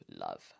love